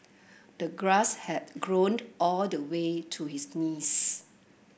the grass had grown all the way to his knees